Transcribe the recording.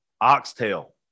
oxtail